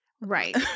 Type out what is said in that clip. Right